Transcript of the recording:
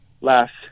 last